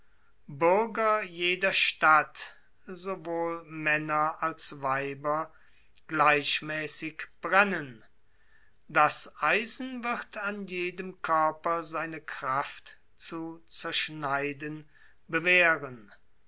bürger jeder stadt sowohl männer als weiber brennen das eisen wird an jedem körper seine kraft zu zerschneiden bewähren